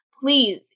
please